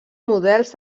models